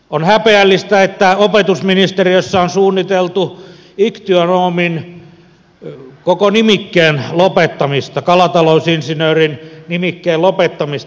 on häpeällistä että opetusministeriössä on suunniteltu iktyonomin koko nimikkeen lopettamista kalatalousinsinöörin nimikkeen lopettamista